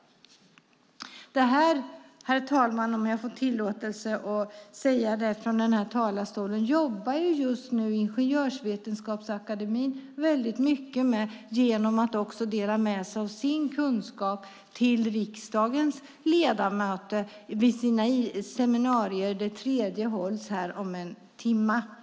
Detta, om jag får säga det från den här talarstolen, jobbar just nu Ingenjörsvetenskapsakademien mycket med genom att också dela med sig av sin kunskap till riksdagens ledamöter vid sina seminarier. Det tredje för våren hålls om en timme.